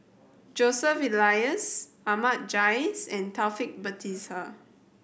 Joseph Elias Ahmad Jais and Taufik Batisah